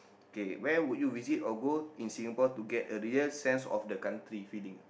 okay where would you visit or go in Singapore to get a real sense of the country feeling ah